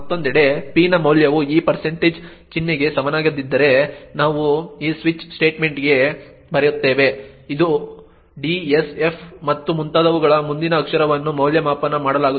ಮತ್ತೊಂದೆಡೆ p ನ ಮೌಲ್ಯವು ಈ ಚಿಹ್ನೆಗೆ ಸಮನಾಗಿದ್ದರೆ ನಾವು ಈ ಸ್ವಿಚ್ ಸ್ಟೇಟ್ಮೆಂಟ್ಗೆ ಬರುತ್ತೇವೆ ಅದು d s f ಮತ್ತು ಮುಂತಾದವುಗಳ ಮುಂದಿನ ಅಕ್ಷರವನ್ನು ಮೌಲ್ಯಮಾಪನ ಮಾಡಲಾಗುತ್ತದೆ